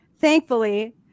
thankfully